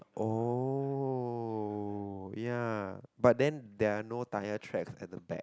oh ya but then there are no tyre tracks at the back